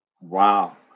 Wow